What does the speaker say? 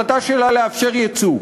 ועדת צמח הסתמכה בהחלטתה לאפשר ייצוא.